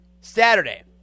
Saturday